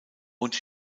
und